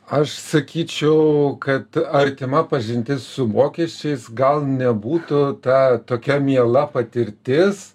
aš sakyčiau kad artima pažintis su mokesčiais gal nebūtų ta tokia miela patirtis